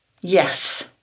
Yes